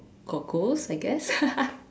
got ghost I guess